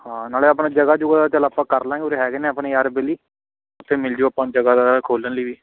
ਹਾਂ ਨਾਲੇ ਆਪਣੇ ਜਗ੍ਹਾ ਜੁਗਾ ਦਾ ਚਲ ਆਪਾਂ ਕਰ ਲਾਂਗੇ ਉਰੇ ਹੈਗੇ ਨੇ ਆਪਣੇ ਯਾਰ ਬੇਲੀ ਉੱਥੇ ਮਿਲ ਜੂ ਆਪਾਂ ਨੂੰ ਜਗ੍ਹਾ ਦਾ ਖੋਲ੍ਹਣ ਲਈ ਵੀ